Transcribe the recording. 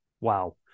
Wow